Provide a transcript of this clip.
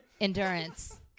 endurance